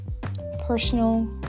Personal